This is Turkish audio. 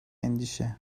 endişe